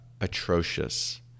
atrocious